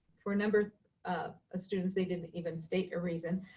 for a number of ah students, they didn't even state a reason.